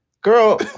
girl